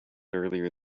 earlier